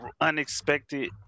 unexpected